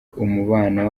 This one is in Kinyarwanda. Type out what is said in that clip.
umubano